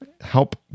help